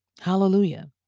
Hallelujah